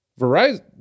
Verizon